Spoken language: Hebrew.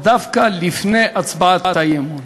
דווקא לפני הצבעת האי-אמון.